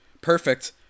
perfect